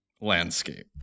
landscape